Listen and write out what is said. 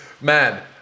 man